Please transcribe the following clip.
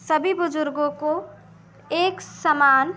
सभी बुज़ुर्गों को एक समान